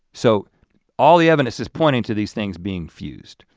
so all the evidence is pointing to these things being fused.